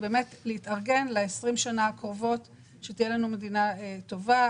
להתארגן ל-20 השנים הקרובות על מנת שתהיה לנו מדינה טובה.